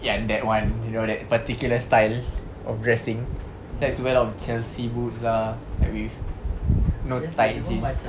ya that [one] you know that particular style of dressing cause well of chelsea boots lah with know tight jeans